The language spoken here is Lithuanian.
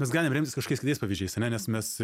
mes galim remtis kažkokiais kitais pavyzdžiais ane nes mes